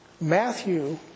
Matthew